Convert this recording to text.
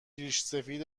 ریشسفید